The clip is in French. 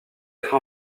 être